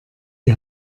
die